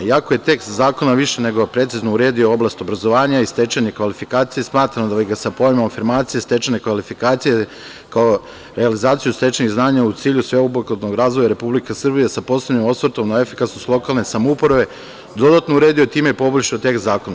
Iako je tekst više nego precizno uredio oblast obrazovanja i stečene kvalifikacije, smatram da bi ga sa pojmom: „afirmacije stečenih kvalifikacija, kao i realizaciju stečenih znanja u cilju sveobuhvatnog razvoja Republike Srbije sa posebnim osvrtom na efikasnost lokalne samouprave“ dodatno uredio time i poboljšao tekst zakona.